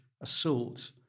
assault